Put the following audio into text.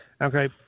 Okay